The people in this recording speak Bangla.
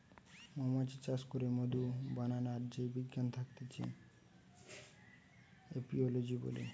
মৌমাছি চাষ করে মধু বানাবার যেই বিজ্ঞান থাকতিছে এপিওলোজি বলে